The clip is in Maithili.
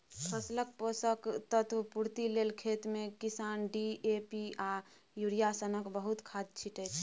फसलक पोषक तत्व पुर्ति लेल खेतमे किसान डी.ए.पी आ युरिया सनक बहुत खाद छीटय छै